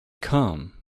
come